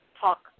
talk